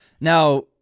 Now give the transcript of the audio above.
Now